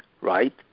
right